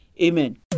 amen